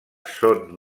són